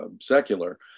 secular